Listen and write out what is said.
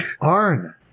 Arn